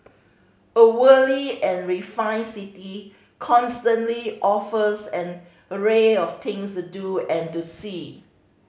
a worldly and refined city constantly offers an array of things to do and to see